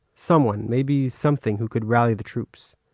someone, maybe something, who could rally the troops.